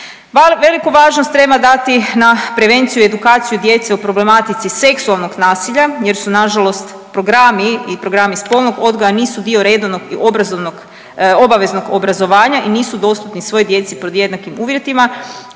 Veliku važnost treba dati na prevenciju i edukaciju djece o problematici seksualnog nasilja jer su nažalost programi i programi spolnog odgoja nisu dio redovnog i obrazovnog, obaveznog obrazovanja i nisu dostupni svoj djeci pod jednakim uvjetima,